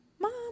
Mom